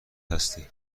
هستی